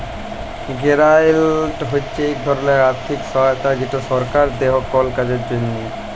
গেরালট হছে ইক ধরলের আথ্থিক সহায়তা যেট সরকার দেই কল কাজের জ্যনহে